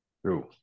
true